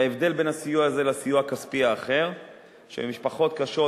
וההבדל בין הסיוע הזה לסיוע הכספי האחר למשפחות קשות,